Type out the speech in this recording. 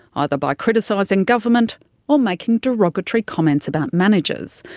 either by criticising government or making derogatory comments about managers.